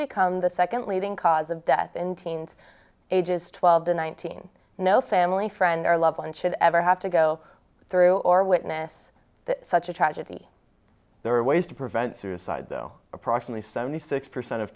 become the second leading cause of death in teens ages twelve to nineteen no family friend or loved one should ever have to go through or witness such a tragedy there are ways to prevent suicide though approximately seventy six percent of